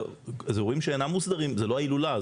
זה לא ההילולה,